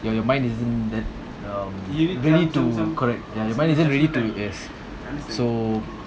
your your mind isn't that um ready to correct ya your mind isn't ready to yes so